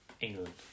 England